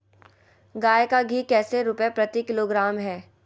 गाय का घी कैसे रुपए प्रति किलोग्राम है?